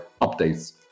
updates